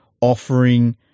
offering